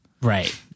right